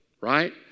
right